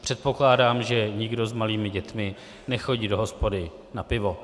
Předpokládám, že nikdo s malými dětmi nechodí do hospody na pivo.